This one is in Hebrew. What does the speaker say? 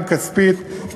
גם כספית,